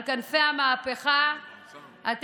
על